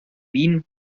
wien